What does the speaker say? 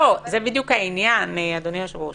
לא, זה בדיוק העניין, אדוני היושב-ראש.